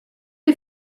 les